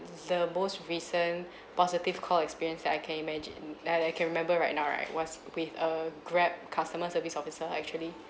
the most recent positive call experience that I can imagine that I can remember right now right was with a grab customer service officer actually